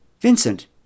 Vincent